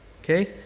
Okay